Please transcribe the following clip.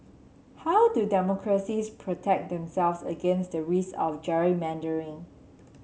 how do democracies protect themselves against the risk of gerrymandering